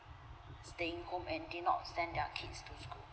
staying home and did not send their kid to school